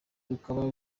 bikaba